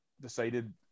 decided